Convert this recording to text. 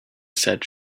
said